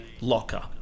locker